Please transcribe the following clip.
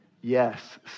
Yes